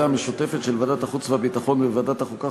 המשותפת של ועדת החוץ והביטחון וועדת החוקה,